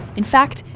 in fact,